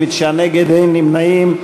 59 נגד, אין נמנעים.